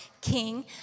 king